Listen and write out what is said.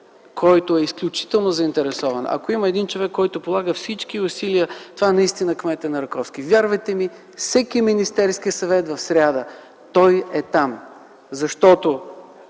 който е изключително заинтересован, ако има един човек, който полага всички усилия това наистина е кметът на Раковски. Вярвайте ми, на всяко заседание на Министерския съвет в сряда той е там, защото